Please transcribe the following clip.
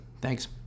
Thanks